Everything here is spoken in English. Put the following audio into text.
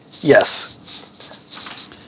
Yes